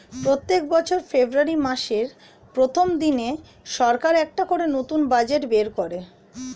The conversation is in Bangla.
প্রত্যেক বছর ফেব্রুয়ারি মাসের প্রথম দিনে সরকার একটা করে নতুন বাজেট বের করে